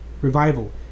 revival